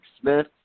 smith